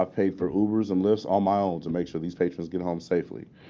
i've paid for ubers and lyfts on my own to make sure these patients get home safely.